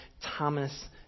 Thomas